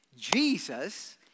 Jesus